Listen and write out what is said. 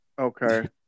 Okay